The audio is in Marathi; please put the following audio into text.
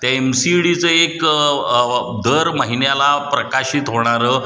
त्या एम सी ई डीचं एक अव दर महिन्याला प्रकाशित होणारं